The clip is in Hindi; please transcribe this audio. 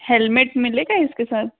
हैलमेट मिलेगा इसके साथ